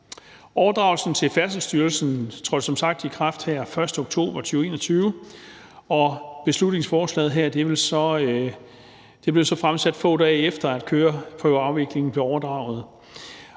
Overdragelsen til Færdselsstyrelsen trådte som sagt i kraft her den 1. oktober 2021. Beslutningsforslaget her blev så fremsat, få dage efter at køreprøveafviklingen var blevet overdraget,